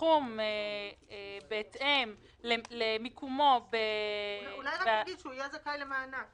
בסכום בהתאם למיקומו --- אולי להגיד ש"ילד שנולד בחודש...זכאי למענק".